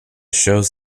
shows